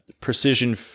precision